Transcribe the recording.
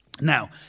Now